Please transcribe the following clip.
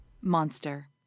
Monster